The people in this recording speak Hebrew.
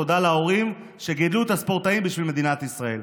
תודה להורים שגידלו את הספורטאים בשביל מדינת ישראל.